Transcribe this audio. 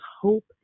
hope